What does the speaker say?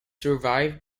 survived